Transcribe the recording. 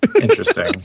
Interesting